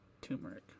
turmeric